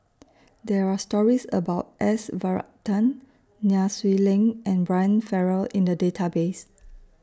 There Are stories about S Varathan Nai Swee Leng and Brian Farrell in The Database